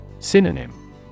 Synonym